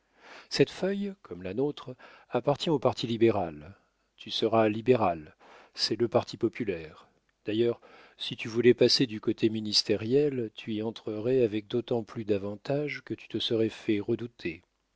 cette feuille comme la nôtre appartient au parti libéral tu seras libéral c'est le parti populaire d'ailleurs si tu voulais passer du côté ministériel tu y entrerais avec d'autant plus d'avantages que tu te serais fait redouter